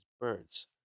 birds